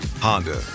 Honda